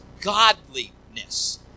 godliness